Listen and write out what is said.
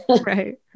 right